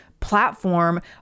platform